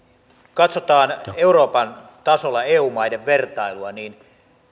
katsotaan euroopan tasolla eu maiden vertailua niin